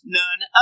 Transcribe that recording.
none